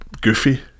goofy